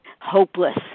hopeless